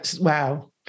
Wow